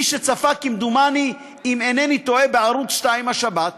מי שצפה, כמדומני, אם אינני טועה, בערוץ 2 השבת,